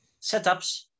setups